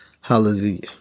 Hallelujah